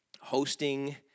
hosting